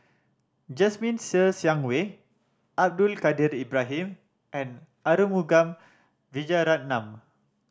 Jasmine Ser Xiang Wei Abdul Kadir Ibrahim and Arumugam Vijiaratnam